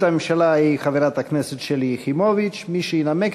מאת חברי הכנסת יריב לוין ומיכל בירן,